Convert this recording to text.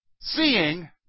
Seeing